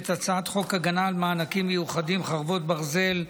את הצעת חוק ההגנה על מענקים מיוחדים (חרבות ברזל),